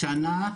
השנה,